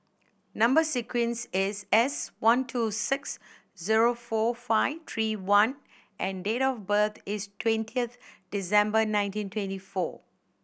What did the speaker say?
number sequence is S one two six zero four five three I and date of birth is twentieth December nineteen twenty four